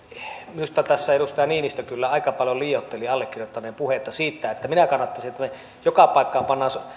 minusta tässä edustaja niinistö kyllä aika paljon liioitteli allekirjoittaneen puheita että minä kannattaisin että me joka paikkaan panemme